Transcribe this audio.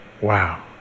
wow